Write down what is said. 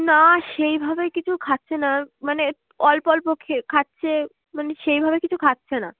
না সেইভাবে কিছু খাচ্ছে না মানে অল্প অল্প খেয়ে খাচ্ছে মানে সেইভাবে কিছু খাচ্ছে না